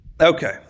Okay